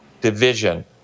division